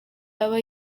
aba